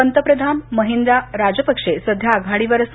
पंतप्रधान महिंदा राजपक्षे सध्या आघाडीवर आहेत